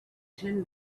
ten